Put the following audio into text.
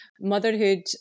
motherhood